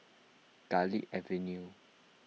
Garlick Avenue